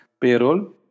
payroll